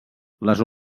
les